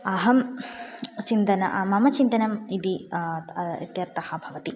अहं चिन्तनं मम चिन्तनम् इति इत्यर्थः भवति